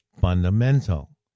fundamental